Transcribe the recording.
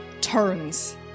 turns